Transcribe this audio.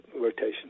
rotation